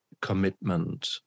commitment